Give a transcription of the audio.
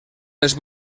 els